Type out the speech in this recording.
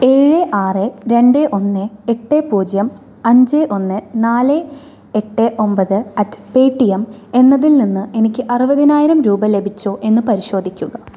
ഏഴ് ആറ് രണ്ട് ഒന്ന് എട്ട് പൂജ്യം അഞ്ച് ഒന്ന് നാല് എട്ട് ഒമ്പത് അറ്റ് പേ ടി എം എന്നതിൽ നിന്ന് എനിക്ക് അറുപതിനായിരം രൂപ ലഭിച്ചോ എന്ന് പരിശോധിക്കുക